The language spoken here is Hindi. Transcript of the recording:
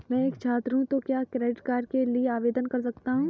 मैं एक छात्र हूँ तो क्या क्रेडिट कार्ड के लिए आवेदन कर सकता हूँ?